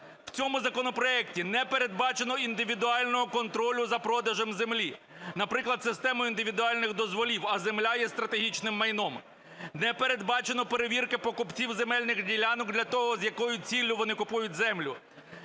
В цьому законопроекті не передбачено індивідуального контролю за продажем землі. Наприклад, системою індивідуальних дозволів, а земля є стратегічним майном. Не передбачено перевірки покупців земельних ділянок для того, з якою ціллю вони купують землю.